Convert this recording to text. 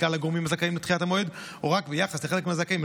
לכלל הגורמים הזכאים לדחיית מועד או רק ביחס לחלק מהזכאים.